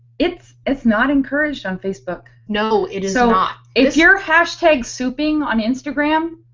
its. it's not encouraged on facebook. no it is ah not. if your hashtag soupping on instagram,